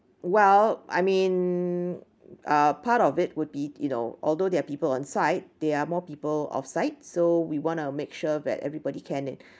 well I mean uh part of it would be you know although there are people on site there are more people off site so we want to make sure that everybody can it